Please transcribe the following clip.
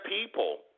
people